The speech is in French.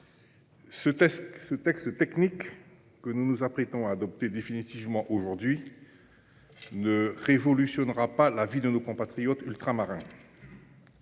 Ce texte technique que nous nous apprêtons à adopter définitivement aujourd’hui ne révolutionnera pas la vie de nos compatriotes ultramarins.